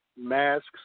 Masks